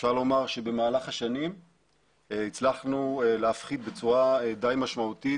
אפשר לומר שבמהלך השנים הצלחנו להפחית בצורה די משמעותית,